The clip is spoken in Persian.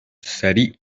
سریع